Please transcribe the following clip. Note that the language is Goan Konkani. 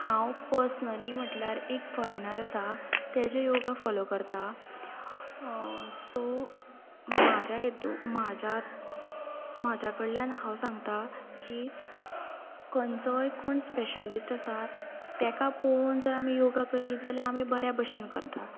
हांव पर्सनली म्हटल्यार एक फॉरॅनर आसा तेजे योगा फॉलो करता सो म्हाज्या हेतून म्हाज्या म्हाज्या कडल्यान हांव सांगता की खंयचोय कोण स्पॅशलिस्ट आसा तेका पोवन जर आमी योगा करीत जाल्यार आमी बऱ्या बशेन करता